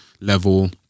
level